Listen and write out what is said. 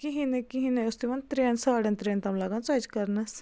کِہیٖنۍ نَے کِہیٖنۍ نَے اوس تِمَن ترٛٮ۪ن ساڈَن ترٛٮ۪ن تام لَگان ژۄچہٕ کَرنَس